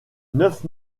neuf